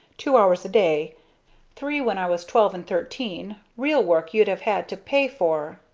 two hours a day three when i was twelve and thirteen real work you'd have had to pay for,